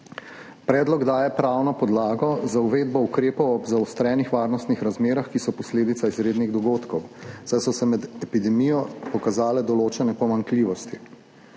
Predlog daje pravno podlago za uvedbo ukrepov ob zaostrenih varnostnih razmerah, ki so posledica izrednih dogodkov, saj so se med epidemijo pokazale določene pomanjkljivosti.